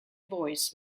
voice